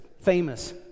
famous